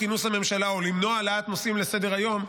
כינוס הממשלה או למנוע העלאת נושאים לסדר-היום,